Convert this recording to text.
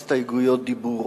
הסתייגויות דיבור,